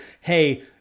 hey